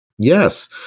Yes